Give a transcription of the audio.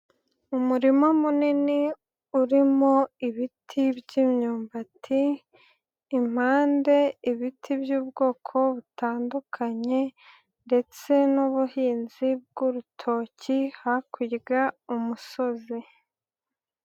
Umurima munini urimo ibiti by'imyumbati, impande ibiti by'ubwoko butandukanye, ndetse n'ubuhinzi bw'urutoki, hakurya umusozi.